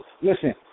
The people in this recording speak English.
listen